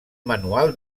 manual